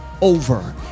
over